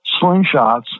slingshots